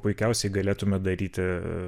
puikiausiai galėtumėt daryti